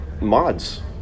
mods